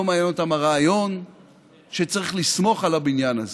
לא מעניין אותם הרעיון שצריך לסמוך על הבניין הזה.